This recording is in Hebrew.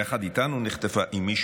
יחד איתנו נחטפה אימי,